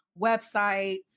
websites